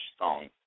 songs